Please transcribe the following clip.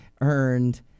earned